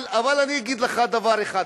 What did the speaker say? אבל אני אגיד לך דבר אחד,